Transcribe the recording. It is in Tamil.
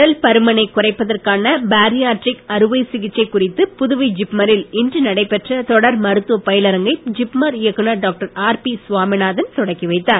உடல் பருமனைக் குறைப்பதற்கான பேரியாட்ரிக் அறுவை சிகிச்சை குறித்து புதுவை ஜிப்மரில் இன்று நடைபெற்ற தொடர் மருத்துவ பயிலரங்கை ஜிப்மர் இயக்குநர் டாக்டர் ஆர்பி சுவாமிநாதன் தொடக்கி வைத்தார்